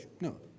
No